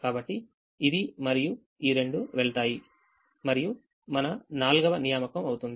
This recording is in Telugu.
కాబట్టి ఇది మరియు ఈ రెండువెళ్తాయి మరియు ఇది మన నాల్గవ నియామకం అవుతుంది